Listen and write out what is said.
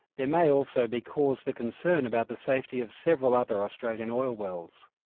there may also be cause for concern about the safety of several other australian oil wells.